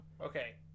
Okay